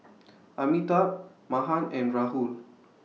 Amitabh Mahan and Rahul